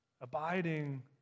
abiding